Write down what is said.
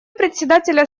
председателя